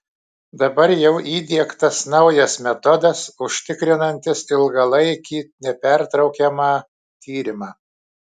dabar jau įdiegtas naujas metodas užtikrinantis ilgalaikį nepertraukiamą tyrimą